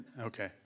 okay